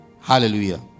Hallelujah